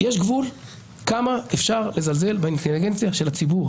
יש גבול כמה אפשר לזלזל באינטליגנציה של הציבור.